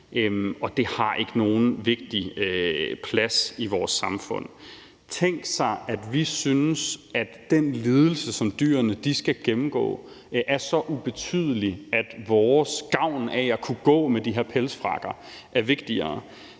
og det har ikke nogen vigtig plads i vores samfund. Tænk sig, at vi synes, at den lidelse, som dyrene skal gennemgå, er så ubetydelig, at vores gavn af at kunne gå med de her pelsfrakker, er vigtigere.